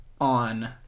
on